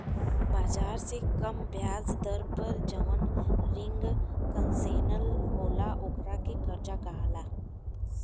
बाजार से कम ब्याज दर पर जवन रिंग कंसेशनल होला ओकरा के कर्जा कहाला